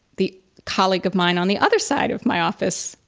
the colleague of mine on the other side of my office,